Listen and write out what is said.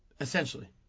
essentially